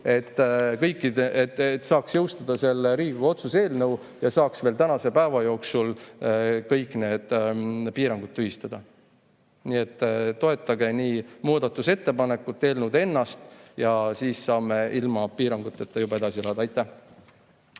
et saaks jõustuda see Riigikogu otsuse eelnõu ja saaks veel tänase päeva jooksul kõik need piirangud tühistada. Nii et toetage nii muudatusettepanekut, eelnõu ennast ja siis saame ilma piiranguteta juba edasi elada. Aitäh!